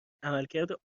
عملکرد